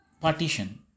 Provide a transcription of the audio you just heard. partition